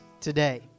today